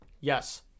Yes